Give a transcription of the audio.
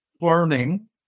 learning